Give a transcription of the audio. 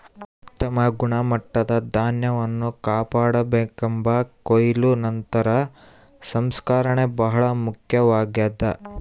ಉತ್ತಮ ಗುಣಮಟ್ಟದ ಧಾನ್ಯವನ್ನು ಕಾಪಾಡಿಕೆಂಬಾಕ ಕೊಯ್ಲು ನಂತರದ ಸಂಸ್ಕರಣೆ ಬಹಳ ಮುಖ್ಯವಾಗ್ಯದ